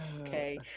Okay